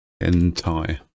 Entire